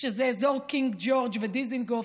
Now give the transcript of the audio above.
שזה אזור קינג ג'ורג' ודיזינגוף,